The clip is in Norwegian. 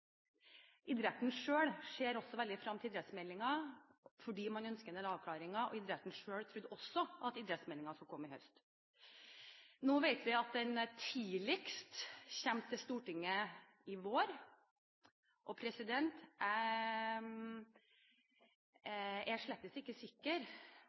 Idretten selv ser også veldig frem til idrettsmeldingen, fordi man ønsker noen avklaringer, og idretten selv trodde også at idrettsmeldingen skulle komme i høst. Nå vet vi at den tidligst kommer til Stortinget til våren, og jeg er slett ikke sikker